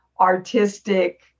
artistic